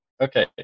Okay